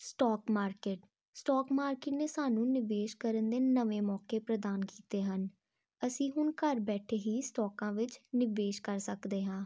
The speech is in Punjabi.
ਸਟੋਕ ਮਾਰਕੀਟ ਸਟੋਕ ਮਾਰਕੀਟ ਨੇ ਸਾਨੂੰ ਨਿਵੇਸ਼ ਕਰਨ ਦੇ ਨਵੇਂ ਮੌਕੇ ਪ੍ਰਦਾਨ ਕੀਤੇ ਹਨ ਅਸੀਂ ਹੁਣ ਘਰ ਬੈਠੇ ਹੀ ਸਟੋਕਾਂ ਵਿੱਚ ਨਿਵੇਸ਼ ਕਰ ਸਕਦੇ ਹਾਂ